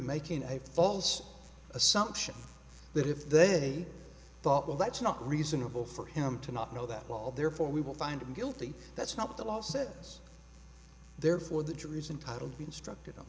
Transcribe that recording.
making a false assumption that if they thought well that's not reasonable for him to not know that all therefore we will find him guilty that's not the law sets therefore the treason title be instructed them